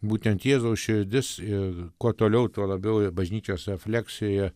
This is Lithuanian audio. būtent jėzaus širdis ir kuo toliau tuo labiau bažnyčios refleksijoje